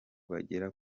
bagera